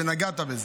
ונגעת בזה,